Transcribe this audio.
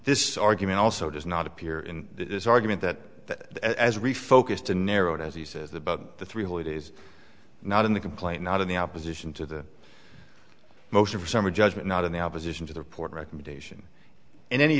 this argument also does not appear in this argument that as a refocus to narrow it as he says about the thrill it is not in the complaint not in the opposition to the motion for summary judgment not in the opposition to the report recommendation in any